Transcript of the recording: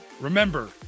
Remember